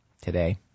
today